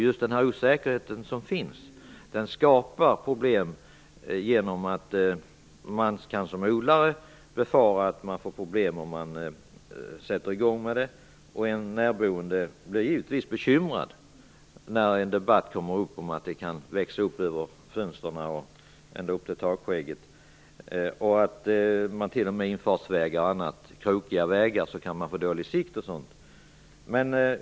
Just osäkerheten skapar problem genom att man som odlare kan befara att det blir problem om man sätter i gång, och en närboende blir givetvis bekymrad av debatten om att detta kan komma att växa upp över fönstren och ända upp till takskägget. Det kan t.o.m. bli så att man får dålig sikt vid infartsvägar eller krokiga vägar.